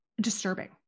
disturbing